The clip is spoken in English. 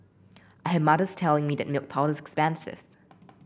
I had mothers telling me that milk powder is expensive